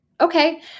Okay